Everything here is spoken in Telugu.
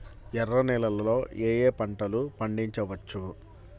ఎర్ర నేలలలో ఏయే పంటలు పండించవచ్చు?